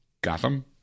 gotham